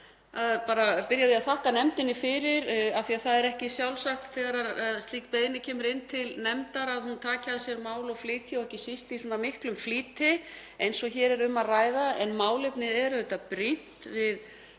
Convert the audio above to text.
að byrja á því að þakka nefndinni fyrir af því að það er ekki sjálfsagt þegar slík beiðni kemur inn til nefndar að hún taki að sér mál og flytji það, ekki síst í svona miklum flýti eins og hér er um að ræða. En málefnið er brýnt. Við